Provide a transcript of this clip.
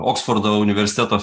oksfordo universiteto